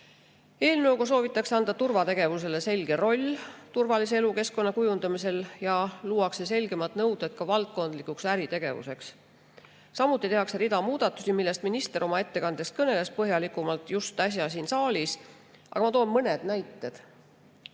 soovitakse anda turvategevusele selge roll turvalise elukeskkonna kujundamisel ja luuakse selgemad nõuded valdkondlikuks äritegevuseks. Samuti tehakse rida muudatusi, millest minister oma ettekandes põhjalikumalt just äsja siin saalis kõneles, aga ma toon mõned